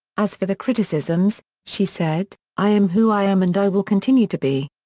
as for the criticisms, she said, i am who i am and i will continue to be.